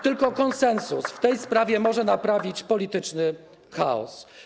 Tylko konsensus w tej sprawie może naprawić polityczny chaos.